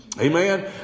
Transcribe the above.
Amen